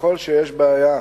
ככל שיש בעיה ספציפית,